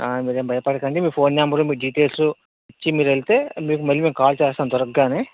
మీరేం భయపడకండి మీ ఫోన్ నెంబరు మీ డీటెయిల్స్ ఇచ్చి మీరు వెళ్తే మీకు మళ్ళీ మేము కాల్ చేస్తాము దొరకగానే